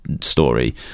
story